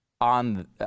on